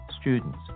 students